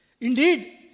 Indeed